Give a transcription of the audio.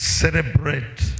celebrate